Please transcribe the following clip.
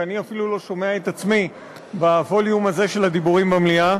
כי אני אפילו לא שומע את עצמי בווליום הזה של הדיבורים במליאה,